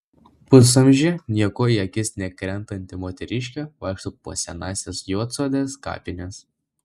pusamžė niekuo į akis nekrentanti moteriškė vaikšto po senąsias juodsodės kapines